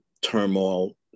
turmoil